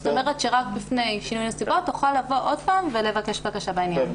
זאת אומרת שרק בפני שינוי נסיבות תוכל לבוא עוד פעם ולבקש בקשה בעניין.